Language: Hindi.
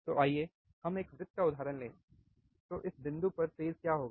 तो आइए हम एक वृत्त का उदाहरण लें तो इस बिंदु पर फेज़ क्या होगा